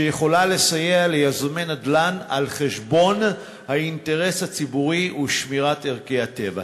שיכול לסייע ליזמי נדל"ן על חשבון האינטרס הציבורי ושמירת ערכי הטבע?